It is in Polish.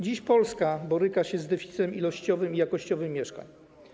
Dziś Polska boryka się z deficytem ilościowym i jakościowym mieszkań.